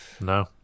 No